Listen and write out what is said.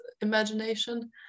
imagination